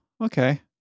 okay